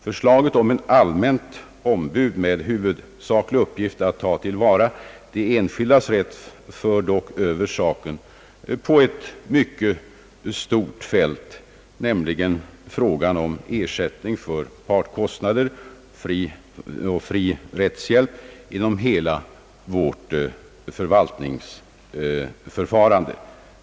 Förslaget om ett allmänt ombud med huvudsaklig uppgift att tillvarata de enskildas rätt för dock över saken på ett mycket stort fält, nämligen frågan om ersättning för partkostnader och fri rättshjälp inom hela vårt förvaltningsförfarande.